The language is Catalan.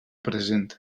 present